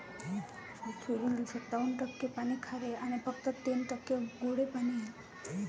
पृथ्वीवरील सत्त्याण्णव टक्के पाणी खारे आणि फक्त तीन टक्के गोडे पाणी आहे